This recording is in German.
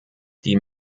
die